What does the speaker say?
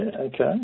okay